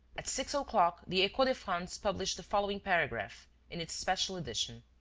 at six o'clock, the echo de france published the following paragraph in its special edition